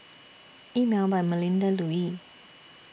Emel By Melinda Looi